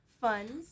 funds